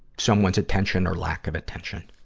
someone's attention or lack of attention.